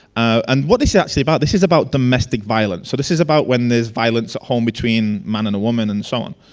and what they yeah say about this is about domestic violence. so this is about when there's violence home between man and woman and so on.